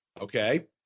Okay